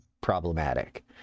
problematic